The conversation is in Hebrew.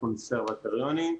הקונסרבטוריונים.